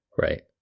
right